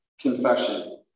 confession